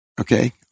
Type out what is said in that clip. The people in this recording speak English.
okay